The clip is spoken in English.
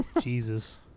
Jesus